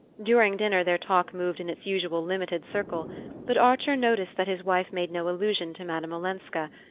during dinner their talk moved in its usual limited circle but archer noticed that his wife made no allusion to madame olenska,